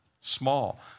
Small